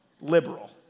Liberal